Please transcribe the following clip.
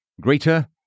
greater